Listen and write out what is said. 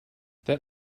that